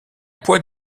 poids